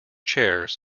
chairs